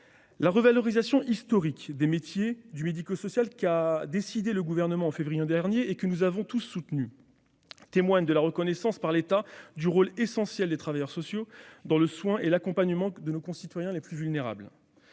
La revalorisation historique des métiers du secteur médico-social, dont le Gouvernement a pris la décision en février dernier et que nous avons tous soutenue, témoigne de la reconnaissance par l'État du rôle essentiel des travailleurs sociaux dans le soin et l'accompagnement de nos concitoyens les plus vulnérables.